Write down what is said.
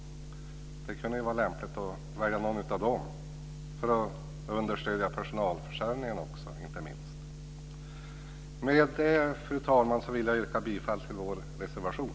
Det kunde ju vara lämpligt att välja någon av dem, inte minst för att understödja personalförsörjningen. Med det, fru talman, vill jag yrka bifall till vår reservation.